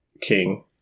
king